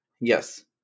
Yes